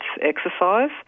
exercise